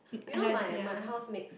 you know my my house mix